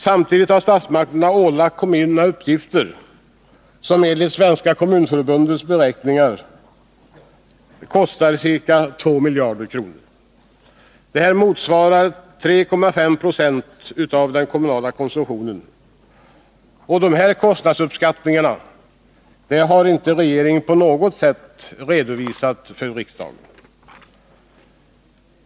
Samtidigt har statsmakterna ålagt kommunerna uppgifter, som enligt Svenska kommunförbundets beräkningar kostar ca 2 miljarder kronor. Detta motsvarar 3,5 26 av den kommunala konsumtionen. Dessa kostnadsuppskattningar har regeringen inte på något sätt redovisat för riksdagen.